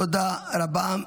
תודה רבה.